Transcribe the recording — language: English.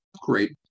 great